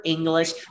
English